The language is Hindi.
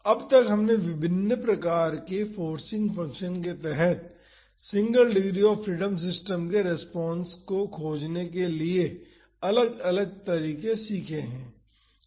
अब तक हमने विभिन्न प्रकार के फोर्सिंग फंक्शन्स के तहत single degree of freedom system के रेस्पॉन्स को खोजने के लिए अलग अलग तरीके सीखे हैं